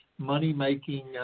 money-making